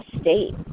state